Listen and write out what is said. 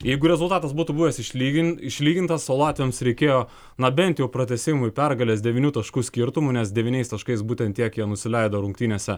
jeigu rezultatas būtų buvęs išlygin išlygintas o latviams reikėjo na bent jau pratęsimui pergalės devynių taškų skirtumu nes devyniais taškais būtent tiek jie nusileido rungtynėse